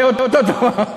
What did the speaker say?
זה אותו דבר.